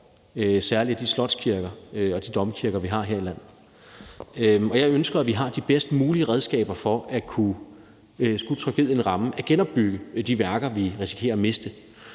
særlig af de slotskirker og de domkirker, vi har her i landet. Jeg ønsker, at vi har de bedst mulige redskaber for at kunne – skulle tragedien ramme – genopbygge de værker, vi risikerer at miste.